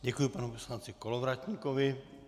Děkuji panu poslanci Kolovratníkovi.